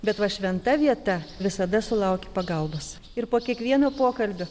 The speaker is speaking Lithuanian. bet va šventa vieta visada sulaukia pagalbos ir po kiekvieno pokalbio